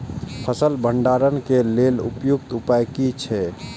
फसल भंडारण के लेल उपयुक्त उपाय कि छै?